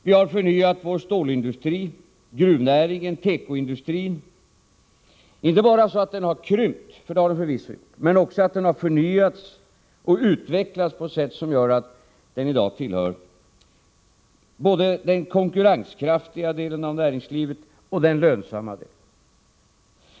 Vi har förnyat stålindustrin, gruvnäringen och tekoindustrin, som förvisso har krympt, men som har förnyats och utvecklats på ett sätt som gör att den i dag tillhör både den konkurrenskraftiga och den lönsamma delen av näringslivet.